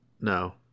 no